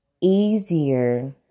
easier